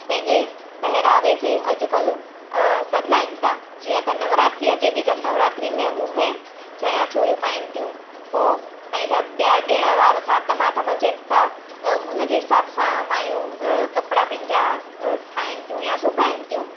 पंहिंजे पहरावे खे अॼुकल्ह बदलाइन था जीअं त नवरात्री अचे थी त नवरात्री में उहे चणिया चोली पाइन थियूं पोइ पंहिंजा ॿिया ॾिण वार सात माठ मचे था त उनजे हिसाब सां माइयूं कपिड़ा पंहिंजा ठाहिन थियूं या सिहाइन थियूं